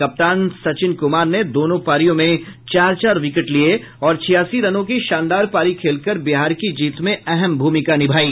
कप्तान सचिन कुमार ने दोनों पारियों में चार चार विकेट लिये और छियासी रनों की शानदार पारी खेलकर बिहार की जीत में अहम भूमिका निभायी